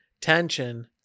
Tension